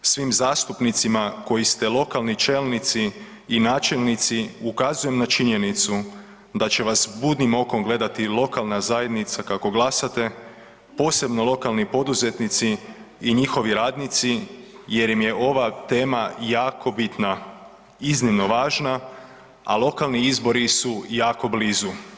Svim zastupnicima koji ste lokalni čelnici i načelnici ukazujem na činjenicu da će vas budnim okom gledati i lokalna zajednica kako glasate, posebno lokalni poduzetnici i njihovi radnici jer im je ova tema jako bitna, iznimno važna, a lokalni izbori su jako blizu.